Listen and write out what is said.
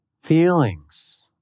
feelings